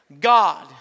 God